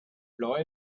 blaue